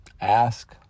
Ask